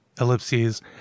Ellipses